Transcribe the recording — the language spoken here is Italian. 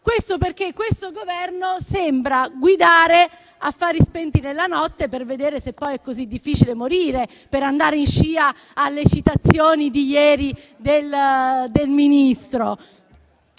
le capacità. Questo Governo sembra guidare a fari spenti nella notte, per vedere se poi è così difficile morire (per andare in scia alle citazioni di ieri del Ministro).